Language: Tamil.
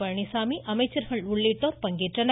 பழனிசாமி அமைச்சர்கள் உள்ளிட்டோர் பங்கேற்றனர்